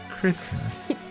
Christmas